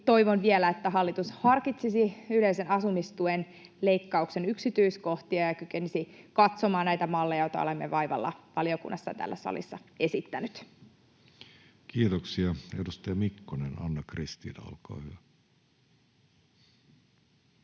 toivon vielä, että hallitus harkitsisi yleisen asumistuen leikkauksen yksityiskohtia ja kykenisi katsomaan näitä malleja, joita olemme vaivalla valiokunnassa ja täällä salissa esittäneet. Kiitoksia. — Edustaja Mikkonen, Anna-Kristiina, olkaa hyvä.